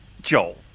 Joel